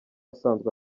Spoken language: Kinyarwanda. asanzwe